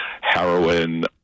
heroin